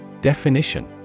Definition